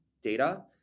data